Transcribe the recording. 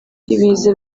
ibiza